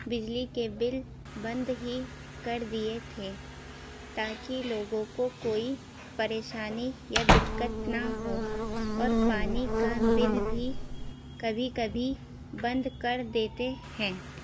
بجلی کے بل بند ہی کر دیے تھے تاکہ لوگوں کو کوئی پریشانی یا دِقّت نہ ہو اور پانی کا بل بھی کبھی کبھی بند کر دیتے ہیں